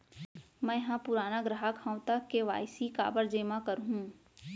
मैं ह पुराना ग्राहक हव त के.वाई.सी काबर जेमा करहुं?